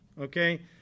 okay